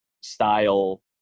style